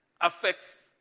affects